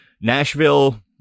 Nashville